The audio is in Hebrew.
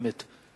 באמת.